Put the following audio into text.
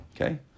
Okay